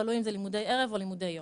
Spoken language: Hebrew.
תלוי אם זה לימודי ערב או לימודי יום.